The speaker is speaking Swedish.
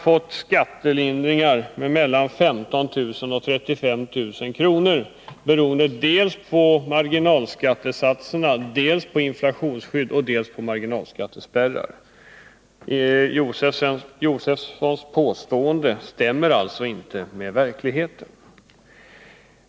fått skattelindringar på mellan 15 000 och 35 000 kr., beroende dels på marginalskattesatserna, dels på inflationsskyddet och dels på marginalskattespärrar. Stig Josefsons påstående stämmer alltså inte med verkligheten.